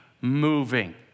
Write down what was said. moving